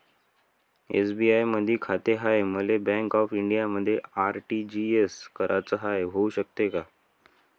SBI मधी खाते हाय, मले बँक ऑफ इंडियामध्ये आर.टी.जी.एस कराच हाय, होऊ शकते का?